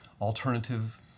alternative